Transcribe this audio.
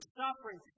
suffering